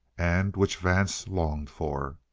and which vance longed for.